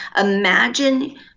Imagine